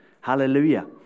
Hallelujah